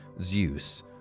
Zeus